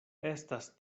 estas